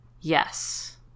Yes